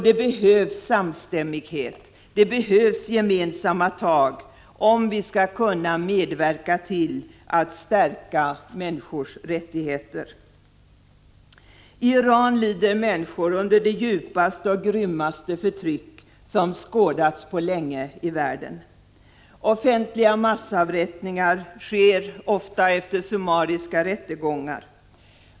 Det behövs samstämmighet och gemensamma tag, om vi skall kunna medverka till att stärka människors rättigheter. I Iran lider människor under det djupaste och grymmaste förtryck som skådats på länge i världen. Offentliga massavrättningar sker ofta efter summariska rättegångar.